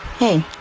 Hey